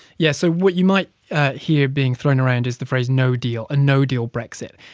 yeah. so what you might hear being thrown around is the phrase no deal, a no-deal brexit.